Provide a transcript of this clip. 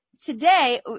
today